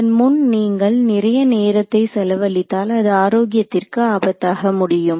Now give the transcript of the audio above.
அதன் முன் நீங்கள் நிறைய நேரத்தை செலவழித்தால் அது ஆரோக்கியத்திற்கு ஆபத்தாக முடியும்